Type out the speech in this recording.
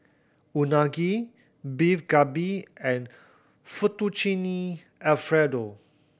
Unagi Beef Galbi and Fettuccine Alfredo